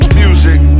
music